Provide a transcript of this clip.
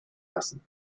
lassen